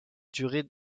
durée